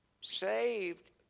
saved